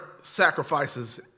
sacrifices